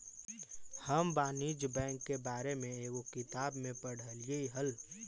हम वाणिज्य बैंक के बारे में एगो किताब में पढ़लियइ हल